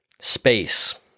space